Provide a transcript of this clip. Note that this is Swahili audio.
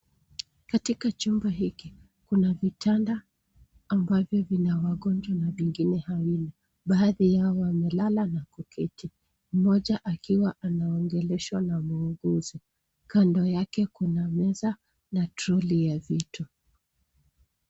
Katika chumba hiki, kuna vitamba ambayo vina wagonjwa na vingine havina. Baadhi yao wamelala na kuketi, mmoja akiwa anaongeleshwa na muuguzi. Kando yake kuna meza, na troli ya vitu.